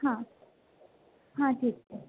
हां हां ठीक आहे